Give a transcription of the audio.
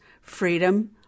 freedom